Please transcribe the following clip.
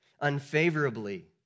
unfavorably